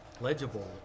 legible